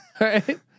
Right